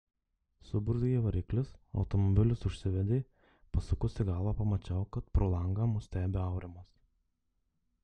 suburzgė variklis automobilis užsivedė pasukusi galvą pamačiau kad pro langą mus stebi aurimas